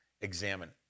examine